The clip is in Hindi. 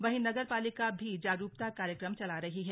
वहीं नगर पालिका भी जागरूकता कार्यक्रम चला रही है